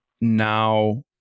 now